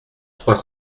trois